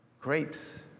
grapes